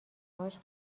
هاش